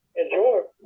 enjoy